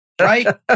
right